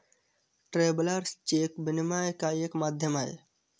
travellers cheque विनिमय का एक माध्यम है